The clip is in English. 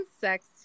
sex